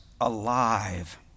alive